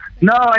No